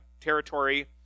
territory